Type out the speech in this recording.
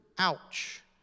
Ouch